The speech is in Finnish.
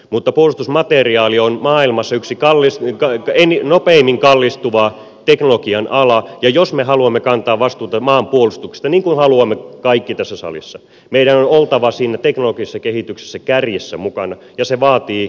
mutta puolustusmateriaali on maailmassa yksi nopeimmin kallistuva teknologian ala ja jos me haluamme kantaa vastuuta maanpuolustuksesta niin kuin haluamme kaikki tässä salissa meidän on oltava siinä teknologisessa kehityksessä kärjessä mukana ja se vaatii resursseja